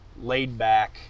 laid-back